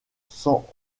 cent